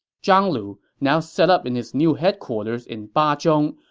zhang lu, now set up in his new headquarters in bazhong,